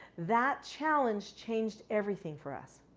that challenge changed everything for us.